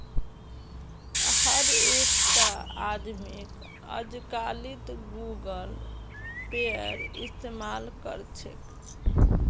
हर एकटा आदमीक अजकालित गूगल पेएर इस्तमाल कर छेक